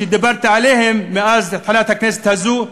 שדיברתי עליהם מאז התחלת הכנסת הזאת,